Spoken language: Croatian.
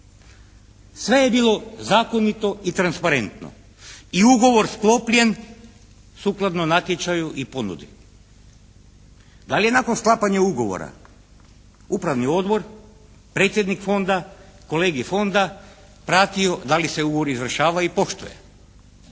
Sve je bilo zakonito i transparentno. I ugovor sklopljen sukladno natječaju i ponudi. Da li je nakon sklapanja ugovora upravni odbor, predsjednik fonda, kolegi fonda pratio, da li se ugovor izvršava i poštuje?